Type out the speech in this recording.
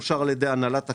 אושר על-ידי הנהלת הקרן,